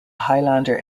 highlander